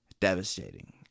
Devastating